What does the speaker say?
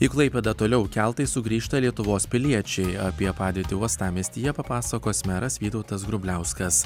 į klaipėdą toliau keltais sugrįžta lietuvos piliečiai apie padėtį uostamiestyje papasakos meras vytautas grubliauskas